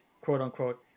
quote-unquote